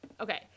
okay